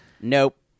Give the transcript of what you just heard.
Nope